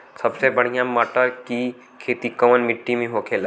सबसे बढ़ियां मटर की खेती कवन मिट्टी में होखेला?